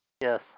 Yes